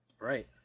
Right